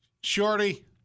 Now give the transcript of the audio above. Shorty